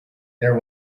there